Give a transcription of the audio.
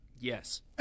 Yes